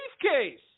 briefcase